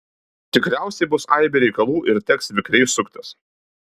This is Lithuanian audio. tikriausiai bus aibė reikalų ir teks vikriai suktis